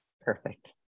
Perfect